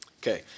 Okay